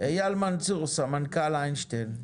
אייל מנצור, סמנכ"ל איינשטיין.